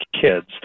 kids